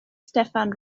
steffan